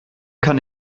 kann